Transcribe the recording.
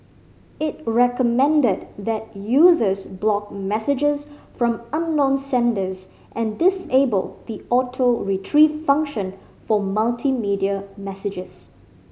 it recommended that users block messages from unknown senders and disable the Auto Retrieve function for multimedia messages